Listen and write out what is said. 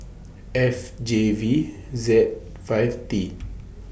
F J V Z five T